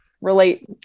relate